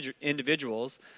individuals